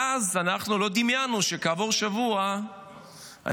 ואז אנחנו לא דמיינו שכעבור שבוע אנחנו